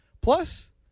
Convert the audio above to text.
Plus